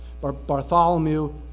Bartholomew